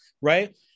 right